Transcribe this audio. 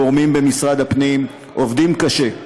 גורמים במשרד הפנים עובדים קשה,